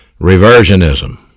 Reversionism